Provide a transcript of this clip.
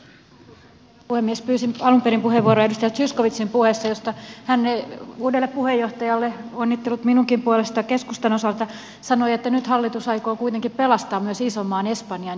pyysin alun perin puheenvuoron edustaja zyskowiczin puheen johdosta jossa hän uudelle puheenjohtajalle onnittelut minunkin puolestani keskustan osalta sanoi että nyt hallitus aikoo kuitenkin pelastaa myös ison maan espanjan